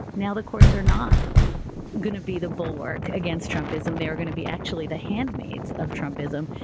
now the courts are not going to be the bulwark against trumpism. they're going to be actually the handmaids of trumpism,